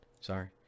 Sorry